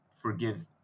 forgive